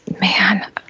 Man